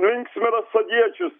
linksmina sodiečius